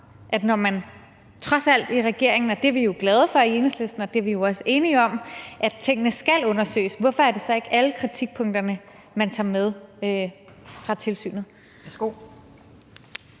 når man trods alt i regeringen – og det er vi jo glade for i Enhedslisten, og det er vi også enige i – vil have, at tingene skal undersøges, hvorfor det så ikke er alle tilsynets kritikpunkter, man tager med. Kl.